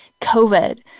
COVID